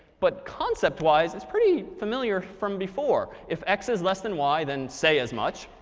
but concept wise, it's pretty familiar from before. if x is less than y, than say as much.